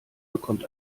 bekommt